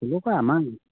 হ'লেও পায় আমাৰ